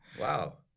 Wow